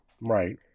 Right